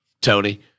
Tony